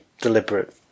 deliberate